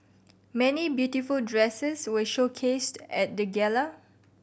many beautiful dresses were showcased at the gala